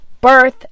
birth